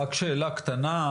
רק שאלה קטנה,